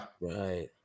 right